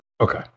Okay